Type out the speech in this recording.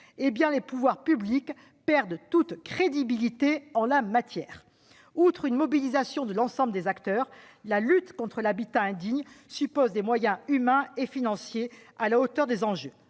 les pouvoirs publics perdent toute crédibilité en la matière. Outre une mobilisation de l'ensemble des acteurs, la lutte contre l'habitat indigne suppose des moyens humains et financiers à la hauteur des enjeux.